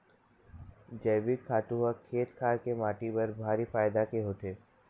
जइविक खातू ह खेत खार के माटी बर भारी फायदा के होथे